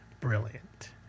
brilliant